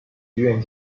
学院